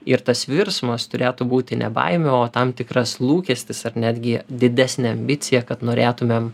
ir tas virsmas turėtų būti ne baimė o tam tikras lūkestis ar netgi didesnė ambicija kad norėtumėm